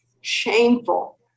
shameful